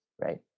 right